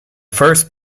first